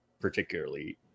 particularly